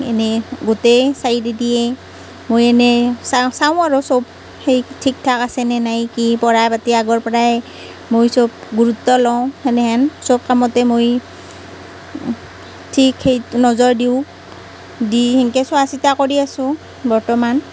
এনেই গোটেই চাৰিটিয়েই মই এনেই চাওঁ চাওঁ আৰু চব সেই ঠিক ঠাক আছে নে নাই কি পঢ়া পাতি আগৰ পৰাই মই চব গুৰুত্ব লওঁ সেনেহেন চব কামতে মই ঠিক সেই নজৰ দিওঁ দি হিনকে চোৱা চিতা কৰি আছো বৰ্তমান